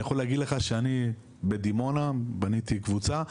אני יכול להגיד לך שאני בדימונה בניתי קבוצה,